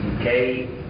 okay